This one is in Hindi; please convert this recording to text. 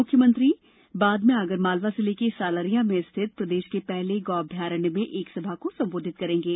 मुख्यमंत्री बाद में आगरमालवा जिले के सलारिया में स्थित प्रदेश के पहले गौ अम्यारण्य में एक सभा को संबोधित करेंगे